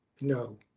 no